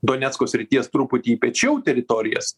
donecko srities truputį piečiau teritorijas